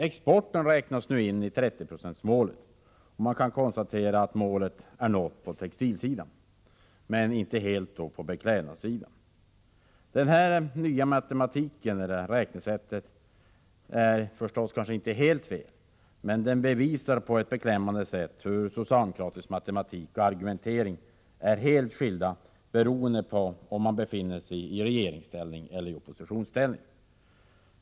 Exporten räknas in i 30-procentsmålet, och man konstaterar därför att målet är nått på textilsidan men inte helt på beklädnadssidan. Detta nya beräkningssätt är visserligen inte helt fel, men det bevisar på ett beklämmande sätt hur socialdemokratisk matematik och argumentering är helt skilda beroende på om man befinner sig i regeringseller oppositionsställning.